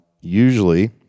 usually